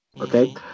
okay